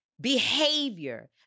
behavior